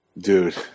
Dude